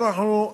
אבל אנחנו,